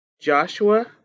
Joshua